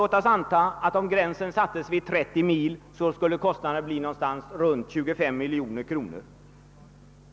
Om gränsen sattes vid 30 mil skulle kostnaderna bli i runt tal 25 miljoner kronor.